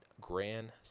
Grand